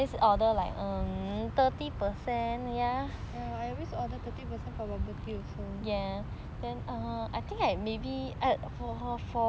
ya I always order thirty percent for bubble tea also